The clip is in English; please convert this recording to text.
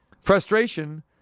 frustration